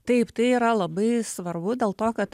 taip tai yra labai svarbu dėl to kad